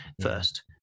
first